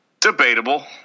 Debatable